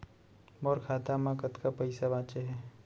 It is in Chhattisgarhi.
मोर खाता मा कतका पइसा बांचे हे?